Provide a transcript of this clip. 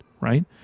right